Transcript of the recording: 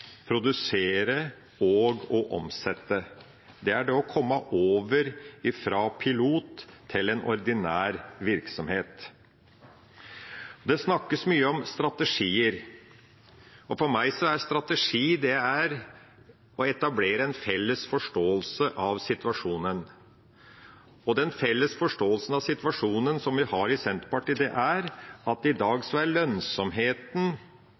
produsere og å omsette. Det er det å komme over fra pilot til en ordinær virksomhet. Det snakkes mye om strategier. For meg er strategi å etablere en felles forståelse av situasjonen, og den felles forståelsen som vi i Senterpartiet har av situasjonen, er at i dag er lønnsomheten